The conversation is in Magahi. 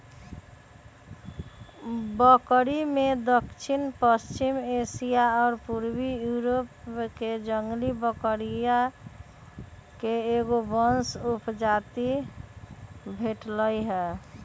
बकरिमें दक्षिणपश्चिमी एशिया आ पूर्वी यूरोपके जंगली बकरिये के एगो वंश उपजाति भेटइ हइ